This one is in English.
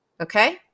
Okay